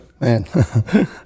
man